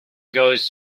goes